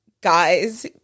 guys